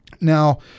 Now